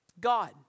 God